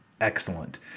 excellent